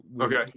Okay